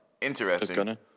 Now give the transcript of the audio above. interesting